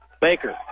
Baker